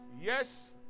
Yes